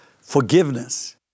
forgiveness